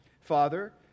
Father